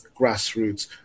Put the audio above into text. grassroots